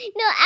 no